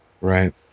Right